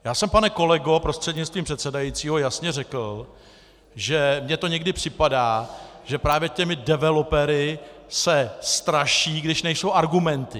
Já jsem, pane kolego prostřednictvím předsedajícího, jasně řekl, že mně to někdy připadá, že právě těmi developery se straší, když nejsou argumenty.